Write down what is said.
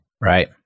Right